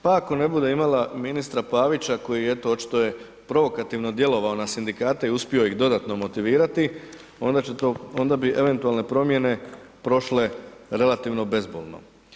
Pa ako ne bude imala ministra Pavića koji eto očito je provokativno djelovao na sindikate i uspio ih dodatno motivirati onda će to, onda bi eventualne promjene prošle relativno bezbolno.